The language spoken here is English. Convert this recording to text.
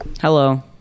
Hello